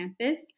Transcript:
campus